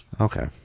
Okay